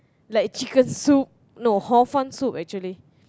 like chicken soup no hor fun soup actually